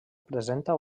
presenta